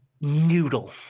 noodle